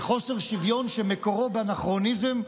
בחוסר שוויון שמקורו באנכרוניזם,